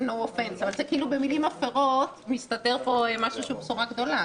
במילים אחרות מסתתרת פה בשורה גדולה.